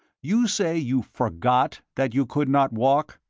you say you forgot that you could not walk?